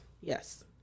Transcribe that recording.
Yes